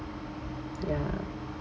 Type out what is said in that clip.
ya